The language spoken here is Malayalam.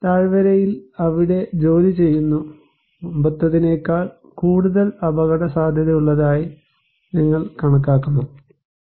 താഴ്വരയിൽ അവിടെ ജോലിചെയ്യുന്നു മുമ്പത്തേതിനേക്കാൾ കൂടുതൽ അപകടസാധ്യതയുള്ളതായി നിങ്ങൾ കണക്കാക്കണോ